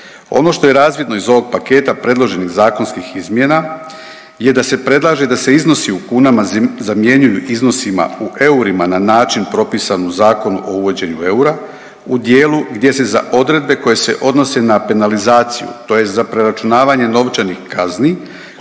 Ono što je razvidno iz ovog paketa predloženih zakonskih izmjena je da da se predlaže da se iznosi u kunama zamjenjuju iznosima u eurima na način propisan u Zakonu o uvođenju eura u dijelu gdje se za odredbe koje se odnose na penalizaciju, tj. za preračunavanje novčanih kazni